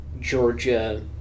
Georgia